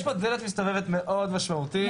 יש פה דלת מסתובבת מאוד משמעותית,